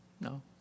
No